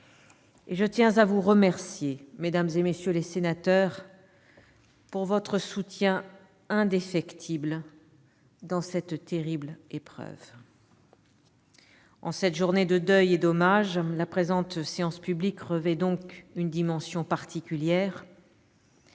je tiens à vous remercier, mesdames, messieurs les sénateurs, de votre soutien indéfectible dans cette terrible épreuve. En cette journée de deuil et d'hommage, la présente séance publique revêt une dimension particulière,